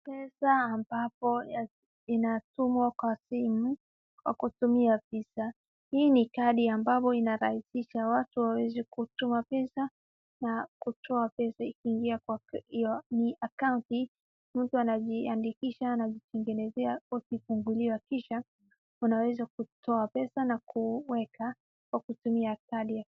Pesa ambapo inatumwa kwa simu, kwa kutumia visa , hii ni kadi ya kurahisisha watu waweze kutuma pesa na kutoa pesa ikiingia kwa hiyo account mtu anajiandikisha anatengenezewa huku akifunguliwa kisha, unaweza kutoa pesa na kuweka kwa kutumia kadi.